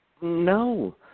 no